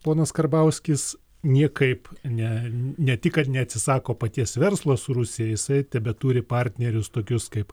ponas karbauskis niekaip ne ne tik kad neatsisako paties verslo su rusija jisai tebeturi partnerius tokius kaip